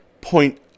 point